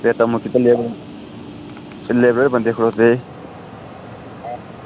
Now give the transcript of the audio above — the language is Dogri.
रेता मुक्की गेदा कल्लै दा ते लेबर आह्ले बंदे खड़ोते दे